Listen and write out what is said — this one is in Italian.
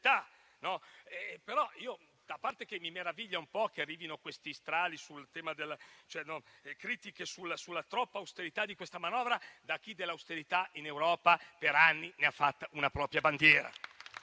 A parte che mi meraviglia un po' che arrivino questi strali e queste critiche sulla troppa austerità della manovra da parte di chi dell'austerità in Europa per anni ha fatto una propria bandiera.